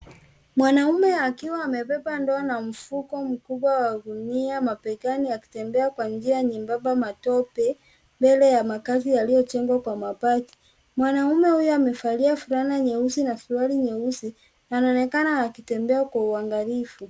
Mwanaume akiwa amebeba ndoo na mfuko mkubwa wa gunia mabegani akitembea kwa njia nyembamba ya matope mbele ya makazi yaliyojengwa kwa mabati. Mwanaume huyo amevalia fulana nyeusi na suruali nyeusi na anaonekana akitembea kwa uangalifu.